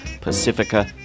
Pacifica